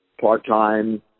part-time